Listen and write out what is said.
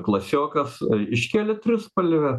klasiokas iškėlė trispalvę